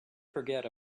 forget